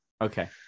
okay